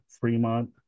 Fremont